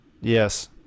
yes